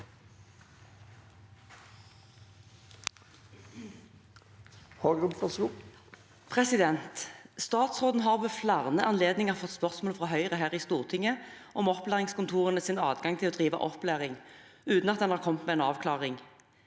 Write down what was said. «Statsråden har ved flere anledninger fått spørsmål fra Høyre i Stortinget om opplæringskontorenes adgang til å drive opplæring, uten å komme med en avklaring.